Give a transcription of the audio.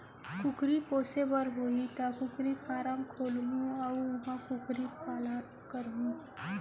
कुकरी पोसे बर होही त कुकरी फारम खोलहूं अउ उहॉं कुकरी पालन करहूँ